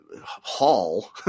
hall